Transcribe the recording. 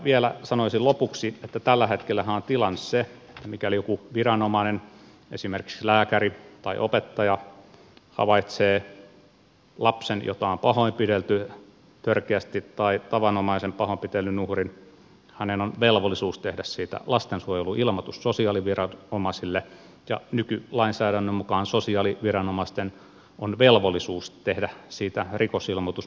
vielä sanoisin lopuksi että tällä hetkellähän on tilanne se että mikäli joku viranomainen esimerkiksi lääkäri tai opettaja havaitsee lapsen jota on pahoinpidelty törkeästi tai tavanomaisen pahoinpitelyn uhrin hänen on velvollisuus tehdä siitä lastensuojeluilmoitus sosiaaliviranomaisille ja nykylainsäädännön mukaan sosiaaliviranomaisten on velvollisuus tehdä siitä rikosilmoitus poliisille